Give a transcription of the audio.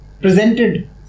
presented